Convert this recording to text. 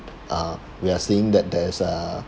uh we are saying that there's a